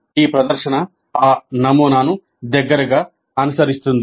ఈ ప్రదర్శన ఆ నమూనాను దగ్గరగా అనుసరిస్తుంది